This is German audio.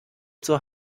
zur